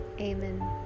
Amen